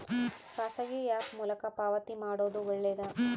ಖಾಸಗಿ ಆ್ಯಪ್ ಮೂಲಕ ಪಾವತಿ ಮಾಡೋದು ಒಳ್ಳೆದಾ?